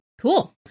Cool